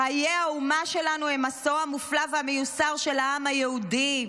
חיי האומה שלנו הם מסעו המופלא והמיוסר של העם היהודי",